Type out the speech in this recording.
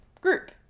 group